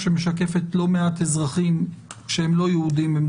שמשקפת את הרגשתם של לא מעט אזרחים לא יהודים.